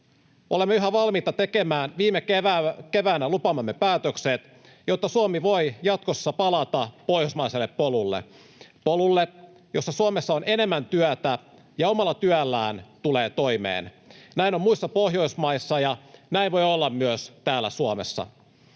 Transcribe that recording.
Olemme yhä valmiita tekemään viime keväänä lupaamamme päätökset, jotta Suomi voi jatkossa palata pohjoismaiselle polulle — polulle, jolla Suomessa on enemmän työtä ja omalla työllään tulee toimeen. Näin on muissa Pohjoismaissa, ja näin voi olla myös täällä Suomessa.